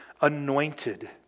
anointed